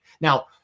now